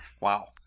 Wow